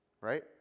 Right